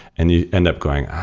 and you end up going,